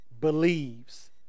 believes